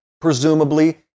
presumably